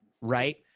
right